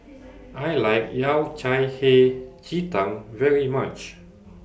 I like Yao Cai Hei Ji Tang very much